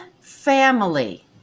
family